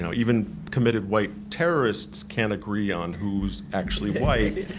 you know even committed white terrorists can't agree on who's actually white.